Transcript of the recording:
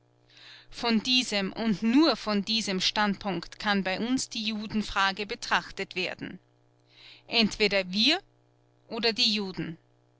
von diesem und nur von diesem standpunkt kann bei uns die judenfrage betrachtet werden entweder wir oder die juden